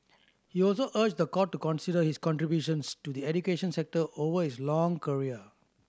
he also urged the court to consider his contributions to the education sector over his long career